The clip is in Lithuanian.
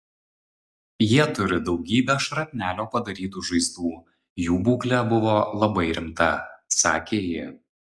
jie turi daugybę šrapnelio padarytų žaizdų jų būklė buvo labai rimta sakė ji